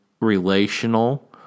relational